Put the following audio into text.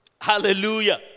Hallelujah